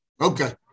Okay